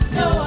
no